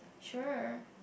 sure